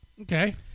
Okay